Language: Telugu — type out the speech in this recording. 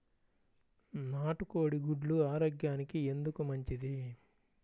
నాటు కోడి గుడ్లు ఆరోగ్యానికి ఎందుకు మంచిది?